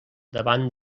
davant